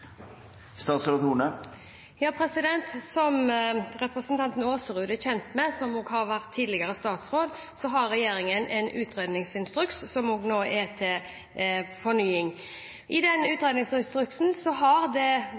Som representanten Aasrud er kjent med, som tidligere statsråd, har regjeringen en utredningsinstruks som nå er til fornying. I den utredningsinstruksen har departementet som har det